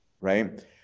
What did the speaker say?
right